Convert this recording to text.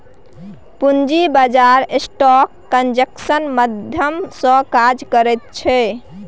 पूंजी बाजार स्टॉक एक्सेन्जक माध्यम सँ काज करैत छै